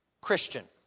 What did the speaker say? Christian